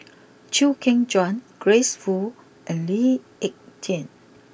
Chew Kheng Chuan Grace Fu and Lee Ek Tieng